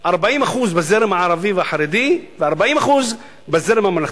40% בזרם הערבי והחרדי ו-40% בזרם הממלכתי.